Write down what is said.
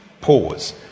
Pause